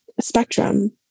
spectrum